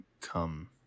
come